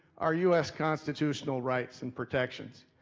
our u s. constitutional rights and protections.